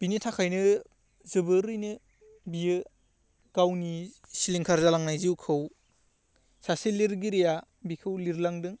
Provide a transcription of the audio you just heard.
बिनि थाखायनो जोबोरैनो बेयो गावनि सिलिंखार जालांनाय जिउखौ सासे लिरगिरिया बेखौ लिरलांदों